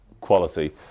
Quality